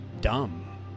dumb